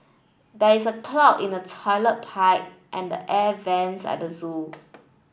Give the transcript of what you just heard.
there is a clog in the toilet pipe and the air vents at the zoo